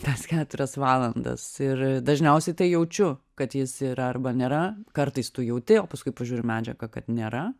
tas keturias valandas ir dažniausiai tai jaučiu kad jis yra arba nėra kartais tu jauti o paskui pažiūri medžiagą kad nėra